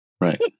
Right